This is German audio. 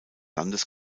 landes